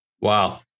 Wow